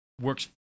works